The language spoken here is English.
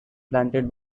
planted